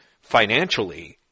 financially